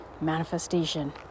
Manifestation